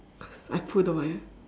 I pulled the wire